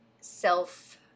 self